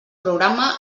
programa